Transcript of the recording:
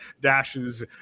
dashes